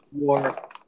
more